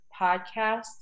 podcast